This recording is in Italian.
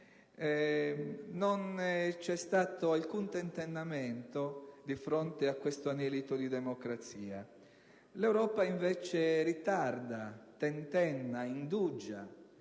non c'è stato alcun tentennamento di fronte a questo anelito di democrazia. L'Europa, invece, ritarda, tentenna, indugia